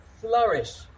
flourish